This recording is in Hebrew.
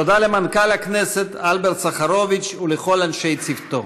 תודה למנכ"ל הכנסת אלברט סחרוביץ ולכל אנשי צוותו.